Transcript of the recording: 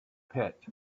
pit